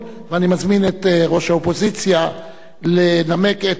אני מזמין את ראש האופוזיציה לנמק את הצעת